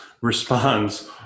responds